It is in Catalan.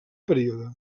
període